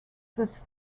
such